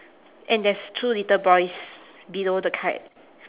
and there's two little boys below the kite